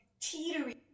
teetering